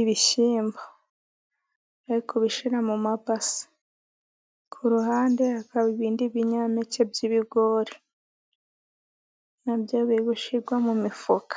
ibishyimbo. Bari kubishyira mu mabase ku ruhande hakaba ibindi binyampeke by'ibigori na byo biri gushyirwa mu mifuka.